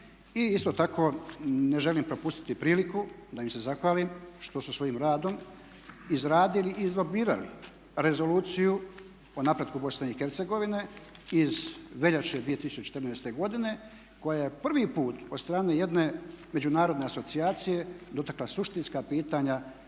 I isto tako ne želim propustiti priliku da im se zahvalim što su svojim radom izradili i …/Govornik se ne razumije./… rezoluciju o napretku Bosne i Hercegovine iz veljače 2014. godine koja je prvi put od strane jedne međunarodne asocijacije dotakla suštinska pitanja